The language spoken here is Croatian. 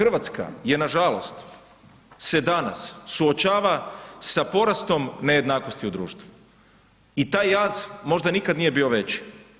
RH je nažalost se danas suočava sa porastom nejednakosti u društvu i taj jaz možda nikad nije bio veći.